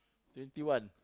twenty one